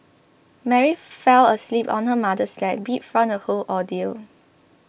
Mary fell asleep on her mother's lap beat from the whole ordeal